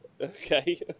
Okay